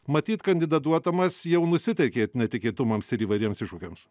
matyt kandidatuodamas jau nusiteikėt netikėtumams ir įvairiems iššūkiams